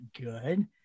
good